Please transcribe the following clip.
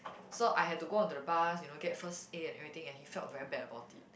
so I had to go onto the bus you know get first aid and everything and he felt very bad about it